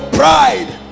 pride